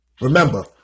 Remember